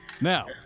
Now